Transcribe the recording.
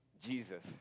Jesus